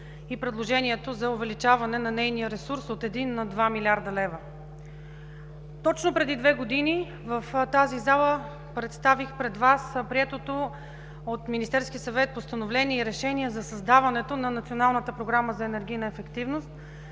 и предложението за увеличаване на нейния ресурс от 1 на 2 млрд. лв. Точно преди две години в тази зала представих пред Вас приетото от Министерския съвет Постановление и Решение за създаването на